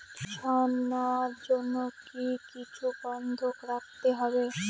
ঋণ নেওয়ার জন্য কি কিছু বন্ধক রাখতে হবে?